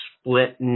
split